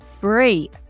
free